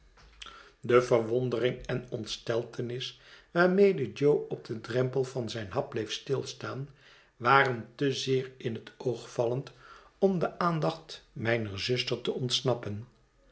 de verwondering en ontsteltenis waarmede jo op den drempel van zijn hap bleef stilstaan waren te zeer in het oog vallend om de aandacht mijner zuster te ontsnappen